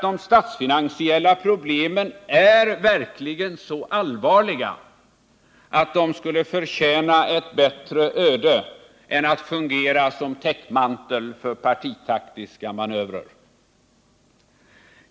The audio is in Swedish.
De statsfinansiella problemen är verkligen så allvarliga, att de skulle förtjäna ett bättre öde än att fungera som täckmantel för dessa partipolitiska manövrer.